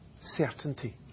certainty